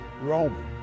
Roman